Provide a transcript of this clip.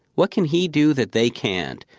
what can he do that they can't?